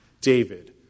David